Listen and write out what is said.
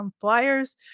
flyers